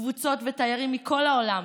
קבוצות ותיירים מכל העולם,